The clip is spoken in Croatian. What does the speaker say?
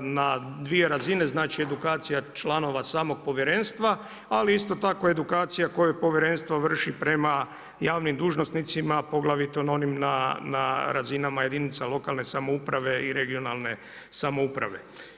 na 2 razine, znači edukacija članova samog povjerenstva, ali isto tako edukacija koje povjerenstvo vrši prema javnim dužnosnicima, poglavito, na onim razinama na jedinica lokalne samouprave i regionalne samouprave.